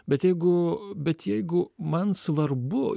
bet jeigu bet jeigu man svarbu